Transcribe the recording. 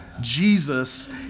Jesus